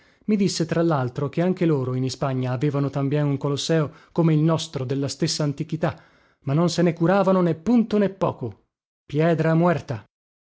i disse tra laltro che anche loro in ispagna avevano tambien un colosseo come il nostro della stessa antichità ma non se ne curavano né punto né poco piedra muerta